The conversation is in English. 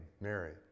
Mary